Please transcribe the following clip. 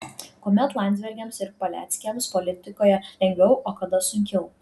kuomet landsbergiams ir paleckiams politikoje lengviau o kada sunkiau